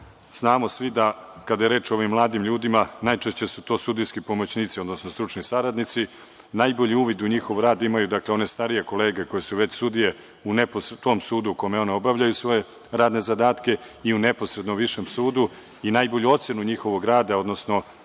znamo svi da kada je reč o ovim mladim ljudima najčešće su to sudijski pomoćnici, odnosno stručni saradnici. Najbolji uvid u njihov rad imaju, dakle, one starije kolege koje su već sudije u tom sudu u kojem one obavljaju svoje radne zadatke i u neposredno višem sudu i najbolju ocenu njihovog rada, odnosno